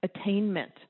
attainment